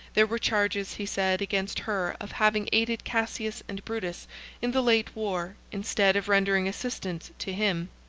there were charges, he said, against her of having aided cassius and brutus in the late war instead of rendering assistance to him.